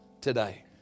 today